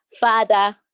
father